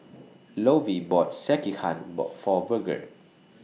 Lovie bought Sekihan For Virgel